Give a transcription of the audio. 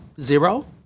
Zero